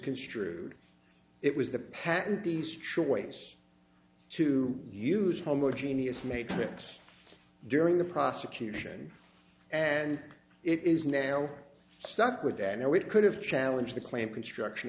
construed it was the patent these choice to use homogeneous matrix during the prosecution and it is now stuck with i know it could have challenged the claim construction